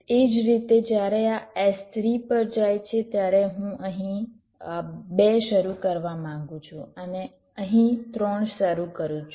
એ જ રીતે જ્યારે આ S3 પર જાય છે ત્યારે હું અહીં 2 શરૂ કરવા માંગું છું અને અહીં 3 શરુ કરું છું